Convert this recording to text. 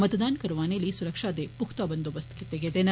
मतदान करौआने लेई सुरक्षा दे पुख्ता बंदोबस्त कीते गेदे न